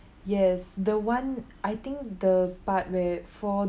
yes the one I think the part where for